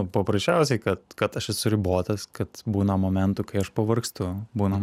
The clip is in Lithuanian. paprasčiausiai kad kad aš esu ribotas kad būna momentų kai aš pavargstu būna